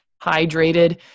hydrated